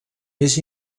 més